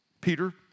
Peter